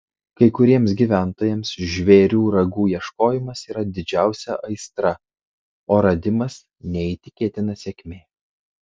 kai kuriems gyventojams žvėrių ragų ieškojimas yra didžiausia aistra o radimas neįtikėtina sėkmė